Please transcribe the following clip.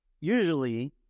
usually